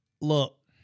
Look